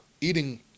eating